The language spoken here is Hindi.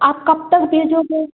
आप कब तक भेजोगे